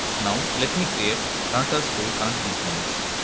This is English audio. now let me create contacts to connect these nodes.